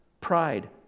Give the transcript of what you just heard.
Pride